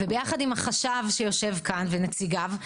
ויחד עם החשב שיושב כאן ונציגיו,